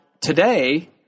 today